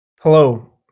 Hello